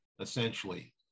essentially